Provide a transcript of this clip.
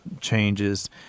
changes